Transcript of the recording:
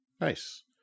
Nice